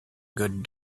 good